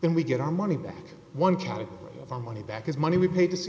when we get our money back one kind of our money back is money we paid to see